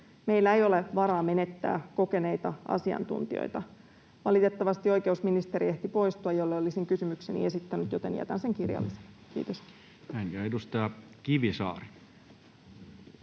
Meillä ei ole varaa menettää kokeneita asiantuntijoita. Valitettavasti oikeusministeri, jolle olisin kysymykseni esittänyt, ehti poistua, joten jätän sen kirjallisena. — Kiitos.